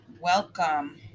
Welcome